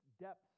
depths